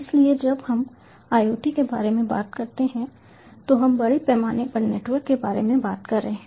इसलिए जब हम IoT के बारे में बात करते हैं तो हम बड़े पैमाने पर नेटवर्क के बारे में बात कर रहे हैं